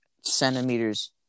centimeters